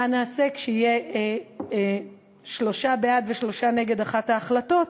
מה נעשה כשיהיו שלושה בעד ושלושה נגד אחת ההחלטות?